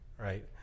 right